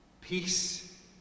peace